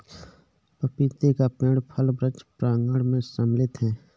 पपीते का पेड़ फल वृक्ष प्रांगण मैं सम्मिलित है